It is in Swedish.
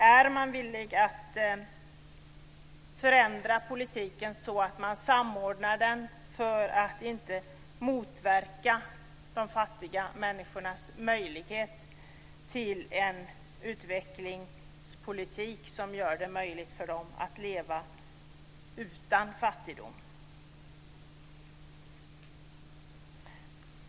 Är man villig att förändra politiken och samordna den så att den inte motverkar en utvecklingspolitik som gör det möjligt för de fattiga människorna att leva utan fattigdom?